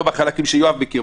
לא בחלקים שיואב מכיר.